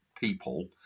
people